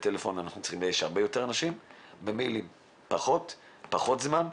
המיילים גוזלים פחות זמן.